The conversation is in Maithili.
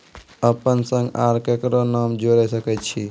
अपन संग आर ककरो नाम जोयर सकैत छी?